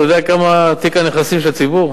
אתה יודע מה שווי תיק הנכסים של הציבור?